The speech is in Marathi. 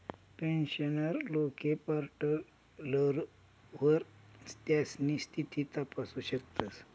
पेन्शनर लोके पोर्टलवर त्यास्नी स्थिती तपासू शकतस